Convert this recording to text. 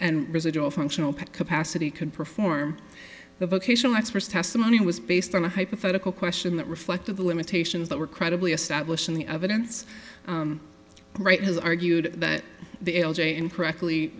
and residual functional capacity could perform the vocational experts testimony was based on a hypothetical question that reflected the limitations that were credibly established in the evidence right has argued that l j incorrectly